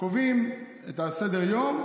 קובעים את סדר-היום,